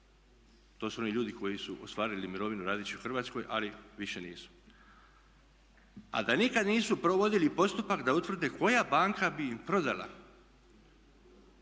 To su oni ljudi koji su ostvarili mirovinu radeći u Hrvatskoj ali više nisu. Ali da nikad nisu provodili postupak da utvrde koja banka bi im prodala